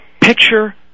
picture